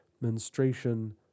menstruation